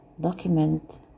document